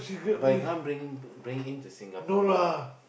but you cannot bring in bring into Singapore right